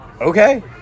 Okay